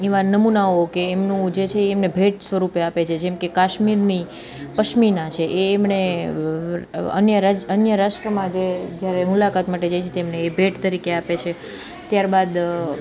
એવા નમૂનાઓ કે એમનું જે છે એ એમને ભેટ સ્વરૂપ આપે છે જેમકે કાશ્મીરની પસમિના છે એમણે અન્ય રાજ અન્ય રાષ્ટ્રમાં જે જ્યારે મુલાકાત માટે જાય છે તેમને ભેટ તરીકે આપે છે ત્યારબાદ